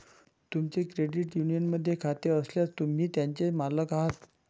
तुमचे क्रेडिट युनियनमध्ये खाते असल्यास, तुम्ही त्याचे मालक आहात